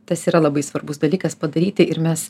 tas yra labai svarbus dalykas padaryti ir mes